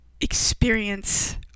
experience